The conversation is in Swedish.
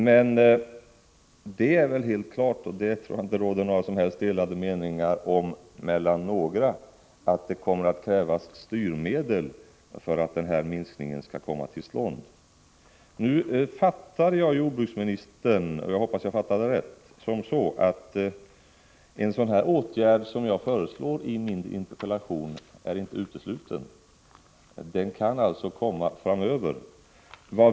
Men det är helt klart, och det tror jag inte att det råder delade meningar om, att det kommer att krävas styrmedel för att minskningen skall bli verklighet. Nu uppfattade jag jordbruksministern så, och jag hoppas att det var rätt, att en sådan åtgärd som jag föreslår i min interpellation inte är utesluten. Den kan alltså komma framöver.